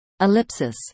Ellipsis